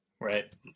Right